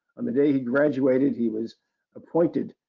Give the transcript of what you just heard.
on the day he graduated he was appointed,